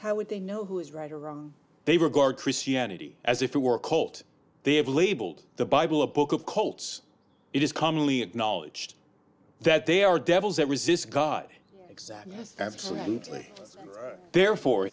how would they know who is right or wrong they regard christianity as if it were a cult they have labeled the bible a book of cults it is commonly acknowledged that they are devils that resists god exactly that's absolutely therefore